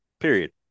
period